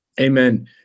Amen